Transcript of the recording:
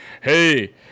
Hey